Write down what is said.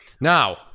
Now